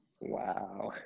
Wow